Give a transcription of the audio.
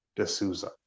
D'Souza